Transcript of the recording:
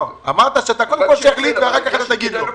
לא, אמרת, קודם כל שיחליט ואחר כך תגיד לו.